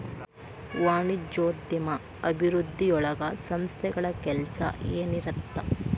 ವಾಣಿಜ್ಯೋದ್ಯಮ ಅಭಿವೃದ್ಧಿಯೊಳಗ ಸಂಸ್ಥೆಗಳ ಕೆಲ್ಸ ಏನಿರತ್ತ